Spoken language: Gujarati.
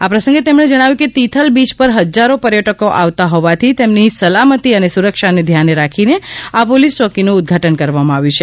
આ પ્રસંગે તેમણે જણાવ્યું કે તિથલ બીય પર હજારો પર્યટકો આવતા હોવાથી તેમનની સલામતી સુરક્ષાને ધ્યાને રાખીને આ પોલીસ ચોકીનું ઉદ્દઘાટન કરવામાં આવ્યું છે